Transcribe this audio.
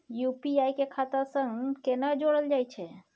UPI के खाता सं केना जोरल जाए छै?